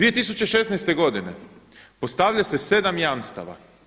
2016. godine postavlja se 7 jamstava.